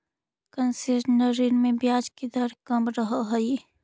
concessional ऋण में ब्याज दर कम रहऽ हइ